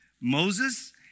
moses